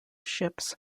ships